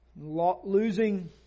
Losing